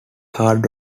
hard